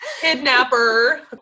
Kidnapper